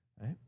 right